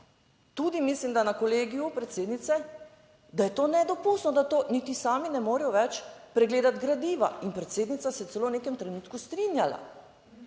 predsednice, da je to nedopustno, da niti sami ne morejo več pregledati gradiva. In predsednica se je celo v nekem trenutku strinjala,